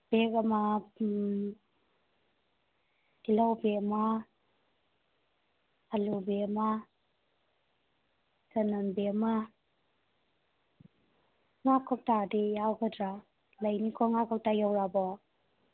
bag ꯑꯃ ꯇꯤꯜꯍꯧ bag ꯑꯃ ꯑꯥꯂꯨ ꯕꯦꯛ ꯑꯃ ꯆꯅꯝ ꯕꯦꯛ ꯑꯃ ꯉꯥ ꯀꯧꯇꯥꯗꯤ ꯌꯥꯎꯒꯗ꯭ꯔꯥ ꯂꯩꯅꯤꯀꯣ ꯉꯥ ꯀꯧꯇꯥ ꯌꯧꯔꯛꯑꯕꯣ